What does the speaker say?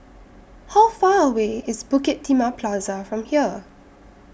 How Far away IS Bukit Timah Plaza from here